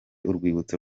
urwibutso